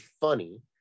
funny